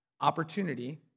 opportunity